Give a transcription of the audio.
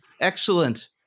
Excellent